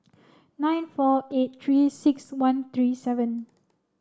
nine four eight three six one three seven